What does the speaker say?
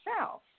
self